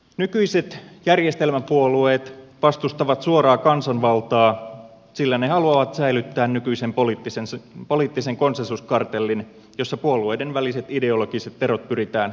nykyiset järjestelmäpuolueet vastustavat suoraa kansanvaltaa sillä ne haluavat säilyttää nykyisen poliittisen konsensuskartellin jossa puolueiden väliset ideologiset erot pyritään hävittämään